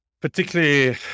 particularly